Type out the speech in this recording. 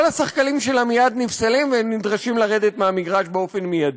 כל השחקנים שלה מייד נפסלים ונדרשים לרדת מהמגרש באופן מיידי.